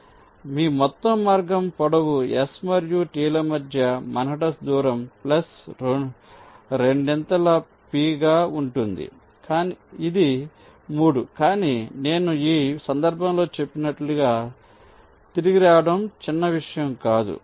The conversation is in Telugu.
కాబట్టి మీ మొత్తం మార్గం పొడవు S మరియు T ల మధ్య మన్హట్టన్ దూరం ప్లస్ రెండింతల గా ఉంటుంది ఇది 3 కానీ నేను ఈ సందర్భంలో చెప్పినట్లుగా తిరిగి రావడం చిన్నవిషయం కాదు